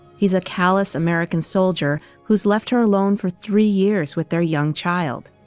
he's a callis american soldier who's left her alone for three years with their young child.